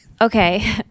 Okay